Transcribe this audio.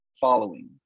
following